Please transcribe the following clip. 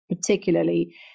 particularly